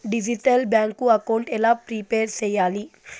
Digital bank account ఎలా prepare సెయ్యాలి?